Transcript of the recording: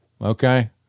Okay